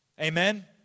Amen